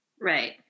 Right